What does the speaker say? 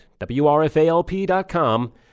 WRFALP.com